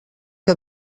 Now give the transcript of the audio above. que